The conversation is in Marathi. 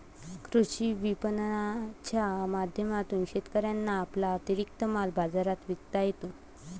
कृषी विपणनाच्या माध्यमातून शेतकऱ्यांना आपला अतिरिक्त माल बाजारात विकता येतो